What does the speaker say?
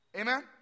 Amen